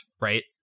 right